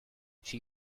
she